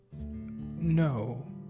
no